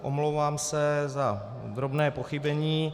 Omlouvám se za drobné pochybení.